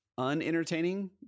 Unentertaining